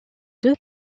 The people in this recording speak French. deux